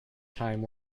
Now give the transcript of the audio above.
time